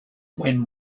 when